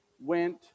went